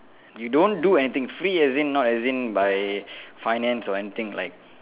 you don't do anything free as in not as in by finance or anything like